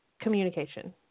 Communication